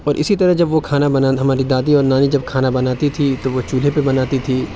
اور اِسی طرح جب وہ کھانا بنانا ہماری دادی اور نانی جب کھانا بناتی تھی تو وہ چولہے پہ بناتی تھی